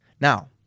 Now